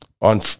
on